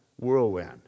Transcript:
whirlwind